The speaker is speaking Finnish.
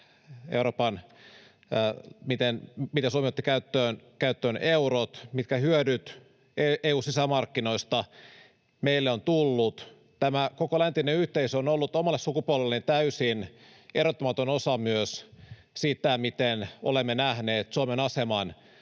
miten Suomi otti käyttöön eurot, mitkä hyödyt EU:n sisämarkkinoista meille on tullut. Tämä koko läntinen yhteisö on ollut omalle sukupolvelleni täysin erottamaton osa myös sitä, miten olemme nähneet Suomen aseman